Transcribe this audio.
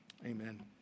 Amen